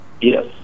Yes